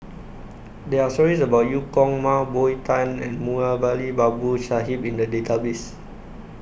There Are stories about EU Kong Mah Bow Tan and Moulavi Babu Sahib in The Database